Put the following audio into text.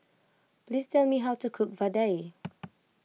please tell me how to cook Vadai